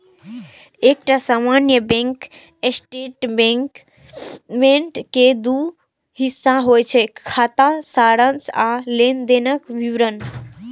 एकटा सामान्य bank statement के दू हिस्सा होइ छै, खाता सारांश आ लेनदेनक विवरण